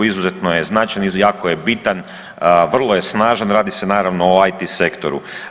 Izuzetno je značajan i jako je bitan, vrlo je snažan, radi se naravno o IT sektoru.